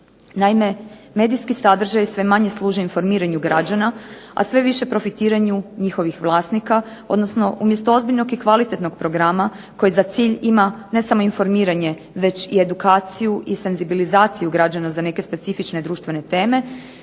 Naime, medijski sadržaj sve manje služi informiranju građana, a sve više profitiranju njihovih vlasnika, odnosno umjesto ozbiljnog i kvalitetnog programa koji za cilj ima ne samo informiranje već i edukaciju i senzibilizaciju građana za neke specifične društvene teme